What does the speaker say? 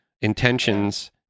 intentions